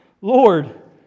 Lord